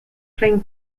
playing